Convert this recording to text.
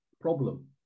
problem